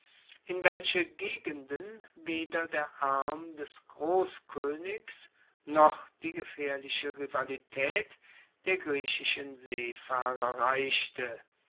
in welche gegenden weder der arm des grosskoenigs noch die gefaehrliche rivalitaet der griechischen seefahrer reichte